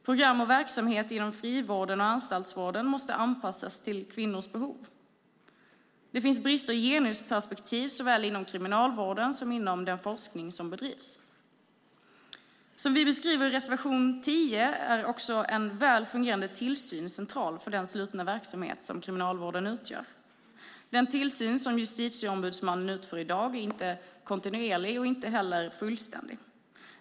Program och verksamhet inom frivården och anstaltsvården måste anpassas till kvinnors behov. Det finns brister i genusperspektiv såväl inom kriminalvården som inom den forskning som bedrivs. Som vi beskriver i reservation 10 är en väl fungerande tillsyn central för den slutna verksamhet som kriminalvården utgör. Den tillsyn som Justitieombudsmannen utför i dag är inte kontinuerlig och inte heller fullständig.